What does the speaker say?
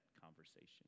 conversation